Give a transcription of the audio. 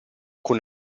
con